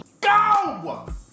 go